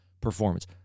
performance